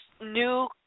New